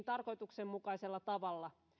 tarkoituksenmukaisella tavalla